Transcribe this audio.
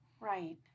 Right